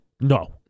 No